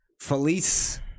Felice